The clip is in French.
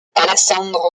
alessandro